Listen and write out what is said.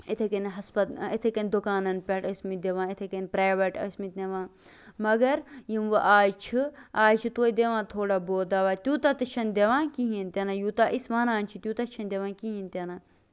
یِتھٕے کَنۍ ہس یِتھٕے کَنۍ دُکانن پٮ۪ٹھ ٲسۍ مٕتۍ دِوان یِتھٕے کَنۍ پریویٹ ٲسۍ مٕتۍ دِوان مَگر یِم وۄنۍ آز چھِ آز چھِ تویتہِ دِوان تھوڑا بہت دوا تیوٗتاہ تہِ چھِنہٕ دِوان کِہینۍ تہِ نہٕ یوٗتاہ أسۍ وَنان چھِ تیوٗتاہ چھِنہٕ دِوان کِہینۍ تہِ نہٕ